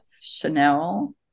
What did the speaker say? Chanel